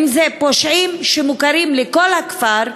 אם אלה פושעים שמוכרים לכל הכפר.